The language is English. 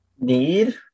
Need